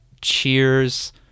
cheers